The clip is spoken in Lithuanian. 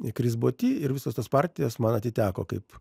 kris boti ir visos tos partijos man atiteko kaip